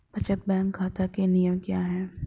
बचत बैंक खाता के नियम क्या हैं?